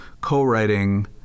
co-writing